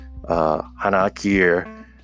Hanakir